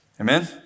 Amen